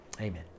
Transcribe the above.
Amen